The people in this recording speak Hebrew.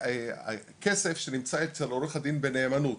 כסף שנמצא אצל עורך הדין בנאמנות,